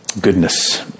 goodness